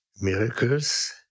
miracles